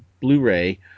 Blu-ray